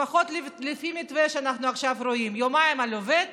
לפחות לפי המתווה שאנחנו עכשיו רואים יומיים הם על העובד